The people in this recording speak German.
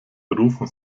berufen